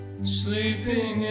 sleeping